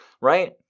Right